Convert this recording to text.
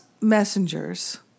messengers